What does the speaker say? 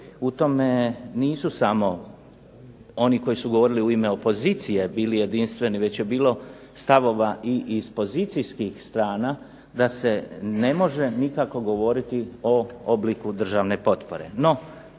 U tome nisu samo oni koji su govorili u ime opozicije bili jedinstveni već je bilo stavova i iz pozicijskih strana da se ne može nikako govoriti o obliku državne potpore.